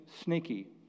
Sneaky